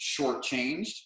shortchanged